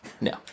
no